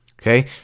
Okay